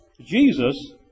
Jesus